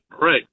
right